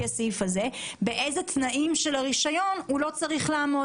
הסעיף הזה באילו תנאים של הרישיון הוא לא צריך לעמוד.